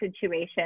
situation